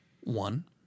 One